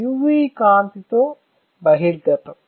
UV కాంతి తో బహిర్గతం